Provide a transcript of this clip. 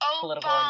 political